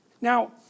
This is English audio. now